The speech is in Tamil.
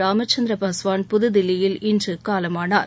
ராமச்சந்திர பஸ்வான் புதுதில்லியில் இன்று காலமானார்